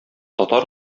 татар